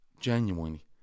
genuinely